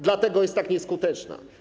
Dlatego jest tak nieskuteczna.